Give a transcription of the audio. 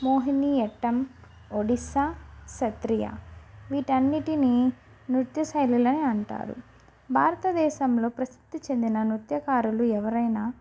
మోహిని యట్టం ఒడిస్సా సత్రీయ వీటన్నిటిని నృత్య శైలులని అంటారు భారతదేశంలో ప్రసిద్ది చెందిన నృత్యకారులు ఎవరైనా